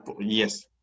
yes